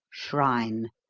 shrine,